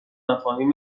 مفاهیم